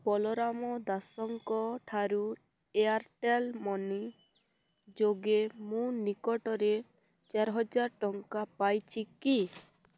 ବଲରାମ ଦାସଙ୍କଠାରୁ Airtel money ଯୋଗେ ମୁଁ ନିକଟରେ ଚାରି ହଜାର ଟଙ୍କା ପାଇଛି କି